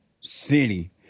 city